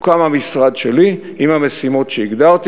הוקם המשרד שלי עם המשימות שהגדרתי.